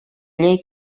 llei